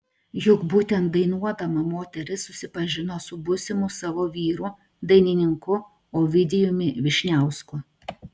juk būtent dainuodama moteris susipažino su būsimu savo vyru dainininku ovidijumi vyšniausku